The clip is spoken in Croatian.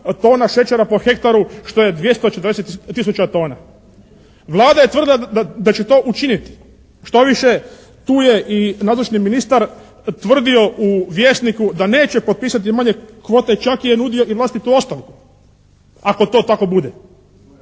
tona šećera po hektaru, što je 240 tisuća tona. Vlada je tvrdila da će to učiniti. Štoviše tu je i nazočni ministar tvrdio u "Vjesniku" da neće potpisati manje kvote. Čak je nudio i vlastitu ostavku. Ako to tako bude.